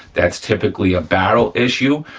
that's typically a barrel issue,